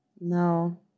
No